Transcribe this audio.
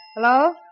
Hello